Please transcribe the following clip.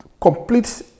complete